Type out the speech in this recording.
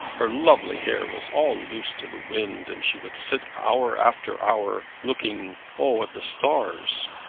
her lovely hair was all loose to the wind, and she would sit hour after hour looking, oh, at the stars!